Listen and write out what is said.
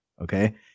okay